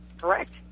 Correct